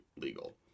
legal